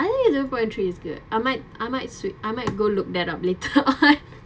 I think zero point three is good I might I might switch I might go look that up later